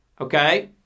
Okay